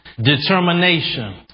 determination